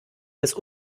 des